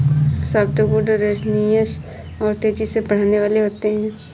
softwood resinous और तेजी से बढ़ने वाले होते हैं